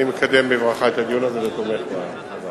אני מקדם בברכה את הדיון הזה ותומך בדבר הזה.